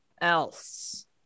else